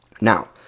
Now